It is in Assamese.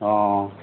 অঁ